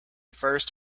first